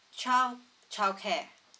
child childcare